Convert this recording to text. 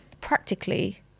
practically